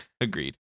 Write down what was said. Agreed